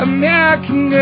American